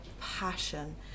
passion